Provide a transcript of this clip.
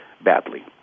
badly